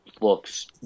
looks